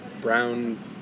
brown